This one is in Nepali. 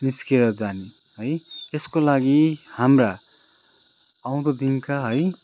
निस्केर जाने है यसको लागि हाम्रा आउँदो दिनका है